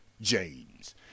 James